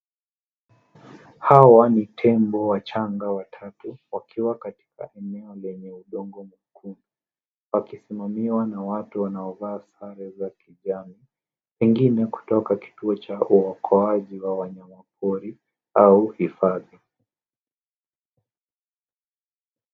Hawa ni tembo wachanga waatatu wakiwa katika eneo lenye udongo mwekundu wakisimamiwa na watu wanaovaa sare za kijani, pengine kutoka kituo cha uokoaji wa wanyama pori au hifadhi.